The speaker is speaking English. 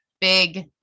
Big